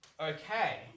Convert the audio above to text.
Okay